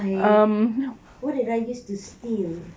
I what did I use to steal